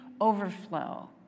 overflow